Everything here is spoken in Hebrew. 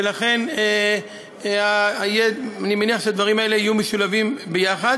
ולכן אני מניח שהדברים האלה יהיו משולבים ביחד.